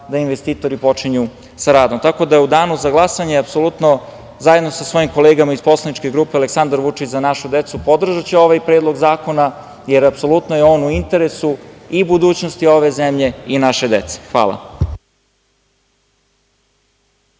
da investitori počinju sa radom. Tako da u danu za glasanje apsolutno, zajedno sa svojim kolegama iz poslaničke grupe Aleksandar Vučić – Za našu decu, podržaću ovaj predlog zakona, jer apsolutno je on u interesu i budućnosti ove zemlje i naše dece. Hvala